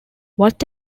what